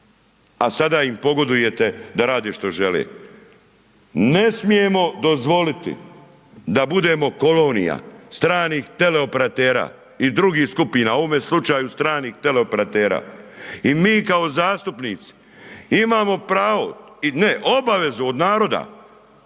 a sada im pogodujete da rade što žele, ne smijemo dozvoliti da budemo kolonija, stranih teleoperatera i drugih skupina u ovome slučaju stranih teleoperatera. I mi kao zastupnici, imamo pravo ne, obavezu od naroda,